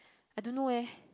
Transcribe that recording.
I don't know eh